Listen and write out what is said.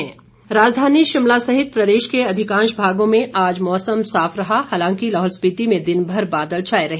मौसम राजधानी शिमला सहित प्रदेश के अधिकांश भागों में आज मौसम साफ रहा हालांकि लाहौल स्पीति में दिन भर बादल छाए रहे